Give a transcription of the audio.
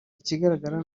ikigaragara